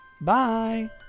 Bye